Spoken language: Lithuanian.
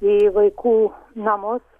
į vaikų namus